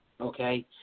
okay